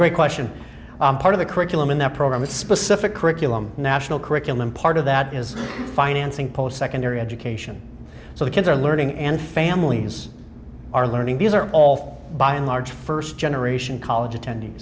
great question part of the curriculum in that program is specific curriculum national curriculum part of that is financing post secondary education so the kids are learning and families are learning these are all by and large first generation college attend